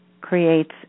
creates